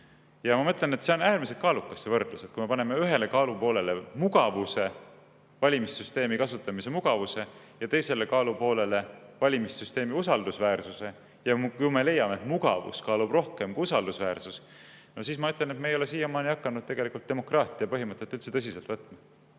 Ja ma mõtlen, et see võrdlus on äärmiselt kaalukas. Kui me paneme ühele kaalupoolele valimissüsteemi kasutamise mugavuse ja teisele kaalupoolele valimissüsteemi usaldusväärsuse ning leiame, et mugavus kaalub rohkem kui usaldusväärsus, siis ma ütlen, et me ei ole siiamaani hakanud tegelikult demokraatia põhimõtet üldse tõsiselt võtma.